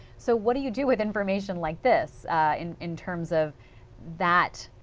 so what do you do with information like this in in terms of that